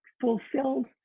fulfilled